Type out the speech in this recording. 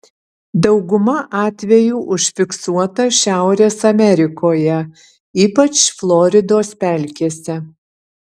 dauguma atvejų užfiksuota šiaurės amerikoje ypač floridos pelkėse